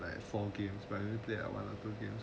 like four games but then it was like two games